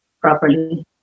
properly